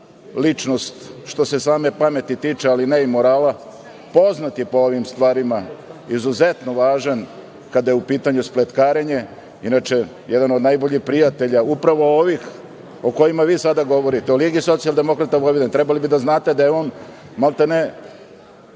ličnost što se same pameti tiče ali ne i morala. Poznat je po ovim stvarima, izuzetno važan kada je u pitanju spletkarenje, inače jedan od najboljih prijatelja upravo ovih o kojima vi sada govorite, o Ligi socijaldemokrata Vojvodine, trebali bi da znate da je on, maltene,